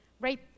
right